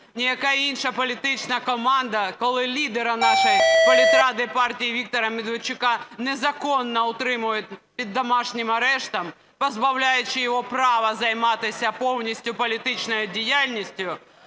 ніяка інша політична команда, коли лідера нашої політради партії Віктора Медведчука незаконно утримують під домашнім арештом, позбавляючи його права займатися повністю політичною діяльністю,